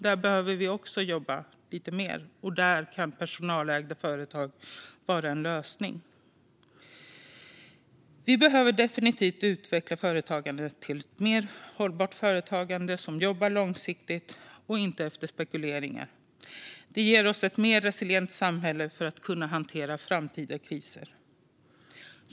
Där behöver vi också jobba lite mer, och där kan personalägda företag vara en lösning. Vi behöver definitivt utveckla företagandet till ett mer hållbart företagande som jobbar långsiktigt och inte efter spekuleringar. Det ger oss ett mer resilient samhälle för att kunna hantera framtida kriser.